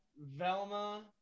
Velma